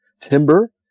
timber